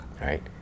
right